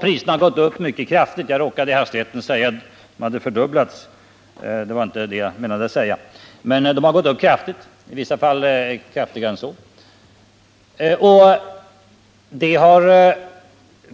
Priserna där har gått upp mycket kraftigt. Det har